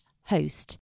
host